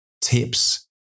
tips